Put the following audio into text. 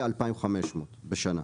כ-2,500 בשנה,